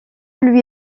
lui